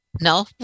No